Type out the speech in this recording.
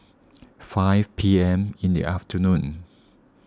five P M in the afternoon